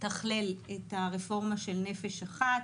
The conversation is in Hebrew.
לתכלל את הרפורמה של "נפש אחת".